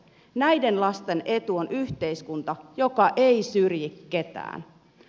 näiden lasten etu on yhteiskunta joka ei syrji ketään